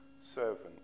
Servant